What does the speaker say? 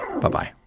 Bye-bye